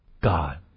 God